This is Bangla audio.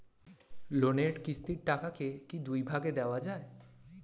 লোনের কিস্তির টাকাকে কি দুই ভাগে দেওয়া যায়?